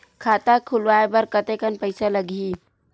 खाता खुलवाय बर कतेकन पईसा लगही?